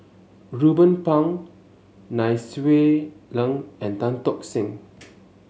Ruben Pang Nai Swee Leng and Tan Tock Seng